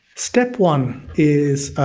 step one is a